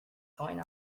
going